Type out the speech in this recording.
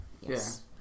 yes